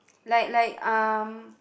like like um